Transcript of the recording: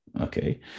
okay